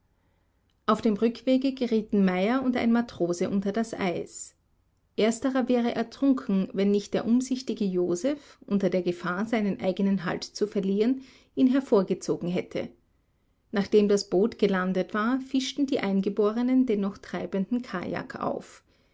auf dem rückwege gerieten meyer und ein matrose unter das eis ersterer wäre ertrunken wenn nicht der umsichtige joseph unter der gefahr seinen eigenen halt zu verlieren ihn hervorgezogen hätte nachdem das boot gelandet war fischten die eingeborenen den noch treibenden kajak auf